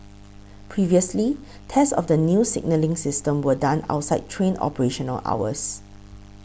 previously tests of the new signalling system were done outside train operational hours